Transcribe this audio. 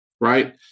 right